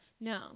no